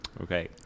okay